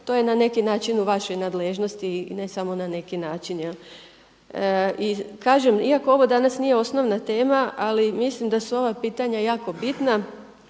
to je na neki način u vašoj nadležnosti i ne samo na neki način. I kažem, iako ovo danas nije osnovna tema, ali mislim da su ova pitanja jako bitna